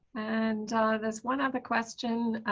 and there's one other question